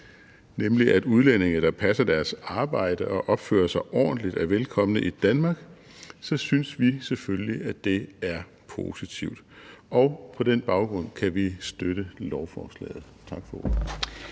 nemlig at udlændinge, der passer deres arbejde og opfører sig ordentligt, er velkomne i Danmark, så synes vi selvfølgelig, at det er positivt. Og på den baggrund kan vi støtte lovforslaget. Tak for ordet.